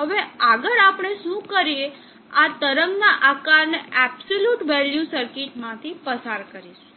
હવે આગળ આપણે શું કરીએ આ તરંગના આકારને એબ્સોલ્યુટ વેલ્યુ સર્કિટ માંથી પસાર કરીશું